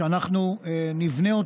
שאנחנו נבנה,